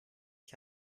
ich